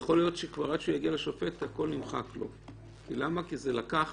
יכול להיות שעד שהוא יגיע לשופט הכול נמחק לו כי זה לקח